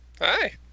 Hi